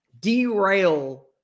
derail